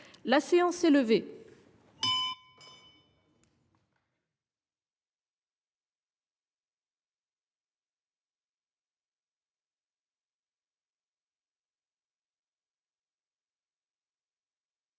La séance est levée.